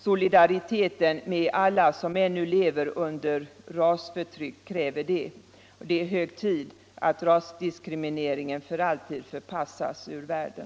Solidariteten med alla som ännu lever under rasförtryck kräver det. Det är hög tid att rasdiskrimineringen för alltid förpassas ur världen.